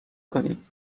کنی